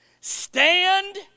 Stand